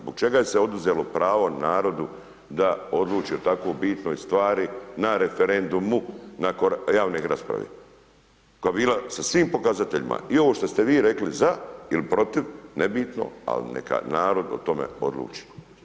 Zbog čega se oduzelo pravo narodu da odluči o tako bitnoj stvari na referendumu nakon javne rasprave koja je bila svim pokazateljima i ovo što ste vi rekli za ili protiv, ne bitno ali neka narod o tome odluči.